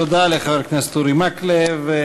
תודה לחבר הכנסת אורי מקלב.